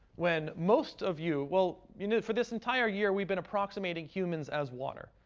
when most of you well, you know for this entire year, we've been approximating humans as water.